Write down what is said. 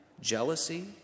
jealousy